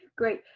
great.